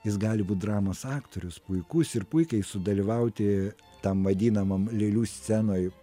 jis gali būt dramos aktorius puikus ir puikiai sudalyvauti tam vadinamam lėlių scenoj